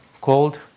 cold